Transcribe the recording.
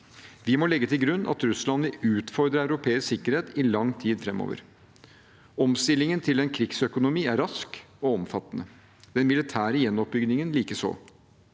Vi må legge til grunn at Russland vil utfordre europeisk sikkerhet i lang tid framover. Omstillingen til en krigsøkonomi er rask og omfattende, den militære gjenoppbyggingen likeså.